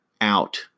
out